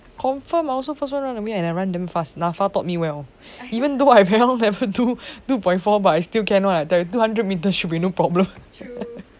confirm I also first one run away and I ran damn fast NAFA taught me well even though I very long never do two point four but I still can [one] two hundred metres should be no problem